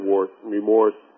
remorse